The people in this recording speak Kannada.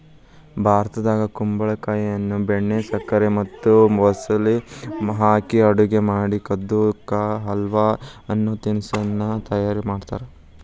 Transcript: ಭಾರತದಾಗ ಕುಂಬಳಕಾಯಿಯನ್ನ ಬೆಣ್ಣೆ, ಸಕ್ಕರೆ ಮತ್ತ ಮಸಾಲೆ ಹಾಕಿ ಅಡುಗೆ ಮಾಡಿ ಕದ್ದು ಕಾ ಹಲ್ವ ಅನ್ನೋ ತಿನಸ್ಸನ್ನ ತಯಾರ್ ಮಾಡ್ತಾರ